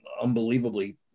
unbelievably